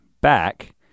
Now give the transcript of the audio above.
back